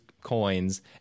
coins